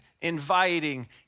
inviting